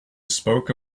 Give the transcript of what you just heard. spoke